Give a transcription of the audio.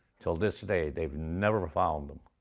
til this day, they've never found em.